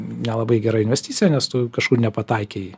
nelabai gera investicija nes tu kažkur nepataikei